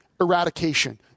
eradication